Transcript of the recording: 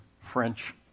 French